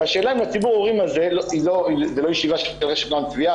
והשאלה אם ציבור ההורים הזה זו לא ישיבה של רשת "נועם צביה",